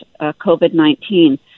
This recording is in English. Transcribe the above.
COVID-19